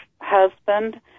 husband